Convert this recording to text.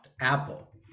Apple